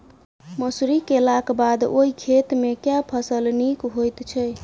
मसूरी केलाक बाद ओई खेत मे केँ फसल नीक होइत छै?